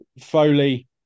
Foley